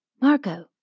Marco